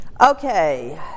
Okay